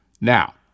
Now